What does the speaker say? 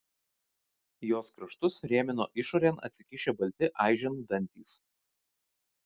jos kraštus rėmino išorėn atsikišę balti aiženų dantys